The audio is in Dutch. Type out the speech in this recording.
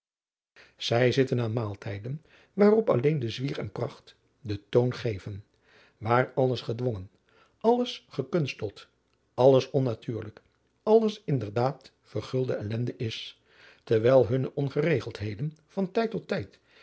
zij zitten aan maaltijden waarop alleen de zwier en pracht den toon geven waar alles gedwongen alles gekunsteld alles onnatuurlijk alles in der daad vergulde ellende is terwijl hunne ongeregeldheden van tijd tot tijd